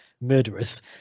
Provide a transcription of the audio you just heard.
murderous